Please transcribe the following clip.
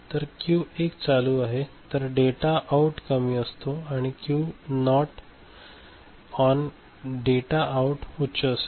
तर क्यू 1 चालू आहे तर डेटा आऊट कमी असतो आणि Q not on data out उच्च असतो